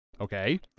Okay